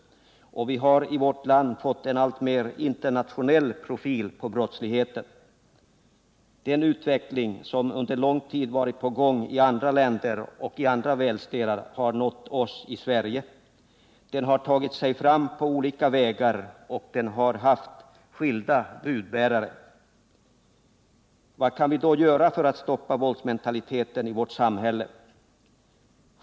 Vi har i vårt land fått en alltmer internationell profil på brottsligheten. Den utveckling som under lång tid varit på gång i andra länder och i andra världsdelar har nu nått oss i Sverige. Brottsligheten har tagit sig fram på olika vägar och den har haft skilda budbärare. Vad kan vi då göra för att stoppa våldsmentaliteten i vårt samhälle?